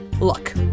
Look